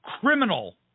criminal